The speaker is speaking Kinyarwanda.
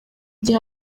gihe